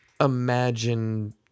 imagine